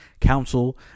council